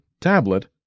tablet